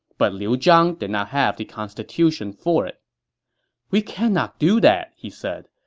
but liu zhang did not have the constitution for it we cannot do that, he said.